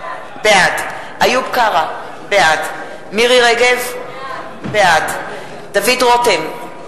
בעד איוב קרא, בעד מירי רגב, בעד דוד רותם,